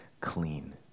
clean